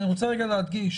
אני רוצה להדגיש,